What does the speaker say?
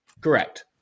Correct